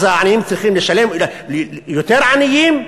אז העניים צריכים לשלם ויהיו יותר עניים?